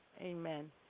Amen